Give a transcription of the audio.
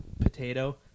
potato